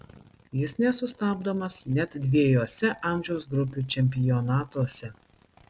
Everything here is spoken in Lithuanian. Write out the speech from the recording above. jis nesustabdomas net dviejuose amžiaus grupių čempionatuose